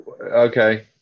Okay